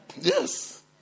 Yes